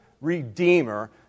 redeemer